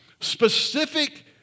Specific